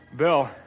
Bill